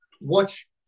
watch